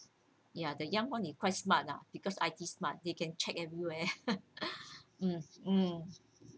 ya the young one is quite smart lah because I_T smart you can check everywhere um